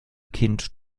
kind